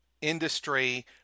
industry